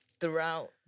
throughout